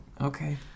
okay